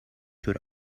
tore